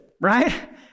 right